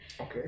Okay